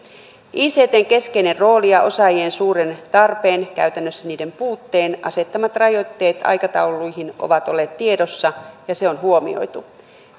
ictn keskeinen rooli ja osaajien suuren tarpeen käytännössä niiden puutteen asettamat rajoitteet aikatauluihin ovat olleet tiedossa ja se on huomioitu